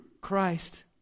Christ